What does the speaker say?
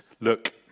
Look